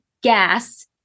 gas